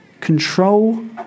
control